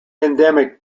endemic